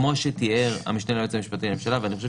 כמו שתיאר המשנה ליועץ המשפטי לממשלה ואני חושב